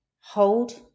hold